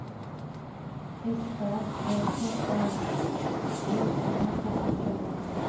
Escort tractor पर ए समय का ऑफ़र बा?